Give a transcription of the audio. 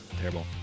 terrible